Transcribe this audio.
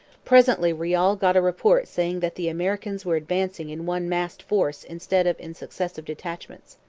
presently riall got a report saying that the americans were advancing in one massed force instead of in successive detachments.